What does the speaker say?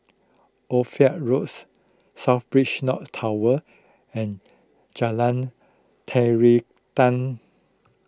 Ophir Roads South Beach North Tower and Jalan Terentang